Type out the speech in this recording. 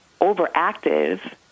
overactive